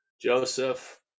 Joseph